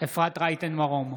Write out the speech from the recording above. אפרת רייטן מרום,